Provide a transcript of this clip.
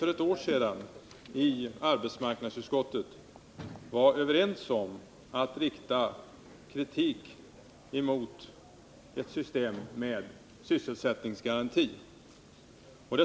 För ett år sedan var vi i arbetsmarknadsutskottet överens om att rikta kritik emot ett system med sysselsättningsgaranti.